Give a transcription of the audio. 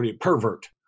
pervert